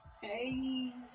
Hey